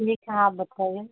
जी कहाँ आप बताइए